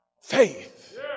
faith